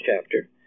chapter